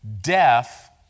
death